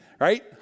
right